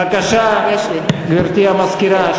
בבקשה, גברתי המזכירה.